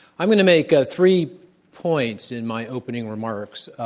i'm going to make ah three points in my opening remarks.